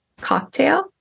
cocktail